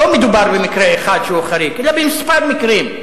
לא מדובר במקרה אחד שהוא חריג, אלא בכמה מקרים.